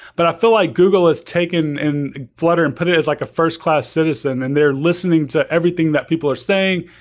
but i feel like google has taken in flutter and put it as like a first-class citizen and they're listening to everything that people are saying,